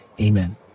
Amen